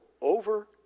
over